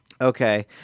Okay